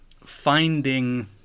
finding